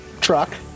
truck